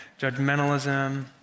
judgmentalism